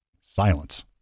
silence